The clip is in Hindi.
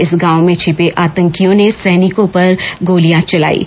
इस गांव में छिपे आतंकियों ने सैनिकों पर गोलियां चलाईं